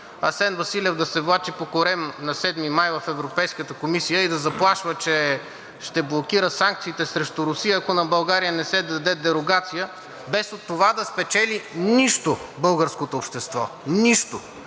Асен Василев да се влачи по корем на 7 май в Европейската комисия и да заплашва, че ще блокира санкциите срещу Русия, ако на България не се даде дерогация, без от това да спечели нищо българското общество! Нищо!